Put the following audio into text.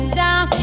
down